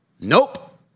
Nope